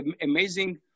amazing